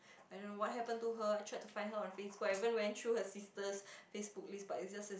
I don't know what happened to her I tried to find her Facebook I even went through her sister's Facebook list but it's just as